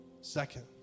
Second